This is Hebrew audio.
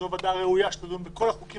זאת הוועדה שראוי שתדון בכל החוקים